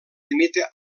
limita